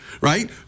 right